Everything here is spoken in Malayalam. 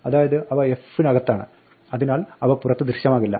അതായത് അവ f നകത്താണ് അതിനാൽ അവ പുറത്ത് ദൃശ്യമാകില്ല